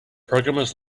programmers